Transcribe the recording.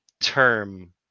term